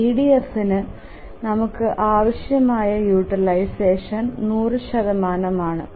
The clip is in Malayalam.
EDF ന് നമുക്ക് ആവശ്യമായ യൂട്ടിലൈസഷൻ 100 ആണ്